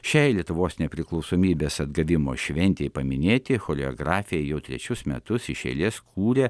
šiai lietuvos nepriklausomybės atgavimo šventei paminėti choreografiją jau trečius metus iš eilės kūrė